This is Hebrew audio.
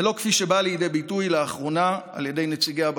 ולא כפי שהיא באה לידי ביטוי לאחרונה על ידי נציגיה בכנסת.